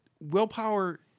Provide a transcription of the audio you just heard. willpower